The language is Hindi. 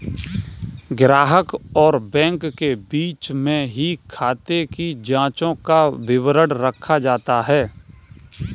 ग्राहक और बैंक के बीच में ही खाते की जांचों का विवरण रखा जाता है